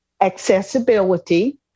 accessibility